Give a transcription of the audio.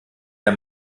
der